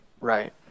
Right